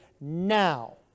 now